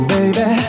Baby